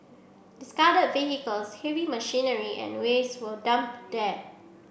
discarded vehicles heavy machinery and waste were dumped there